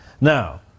Now